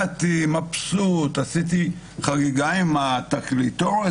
באתי מבסוט, עשיתי חגיגה עם התקליטור.